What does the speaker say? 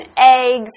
eggs